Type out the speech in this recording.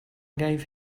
gave